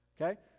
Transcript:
Okay